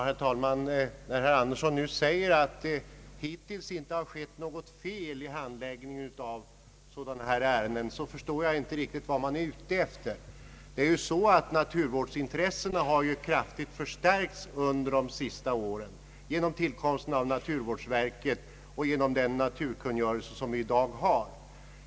Herr talman! När herr Andersson nu säger att det hittills inte skett något fel i handläggningen av sådana här ärenden, så förstår jag inte riktigt vad reservanterna är ute efter. Naturvårdsintressena har ju kraftigt förstärkts under de senaste åren genom tillkomsten av naturvårdsverket och genom den naturkungörelse som vi i dag har.